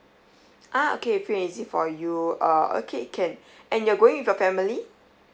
ah okay free and easy for you uh okay can and you're going with your family